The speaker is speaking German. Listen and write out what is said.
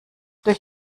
durch